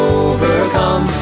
overcome